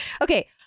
Okay